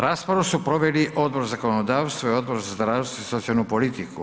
Raspravu su proveli Odbor za zakonodavstvo i Odbor za zdravstvo i socijalnu politiku.